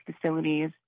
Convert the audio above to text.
facilities